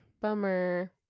Bummer